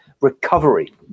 recovery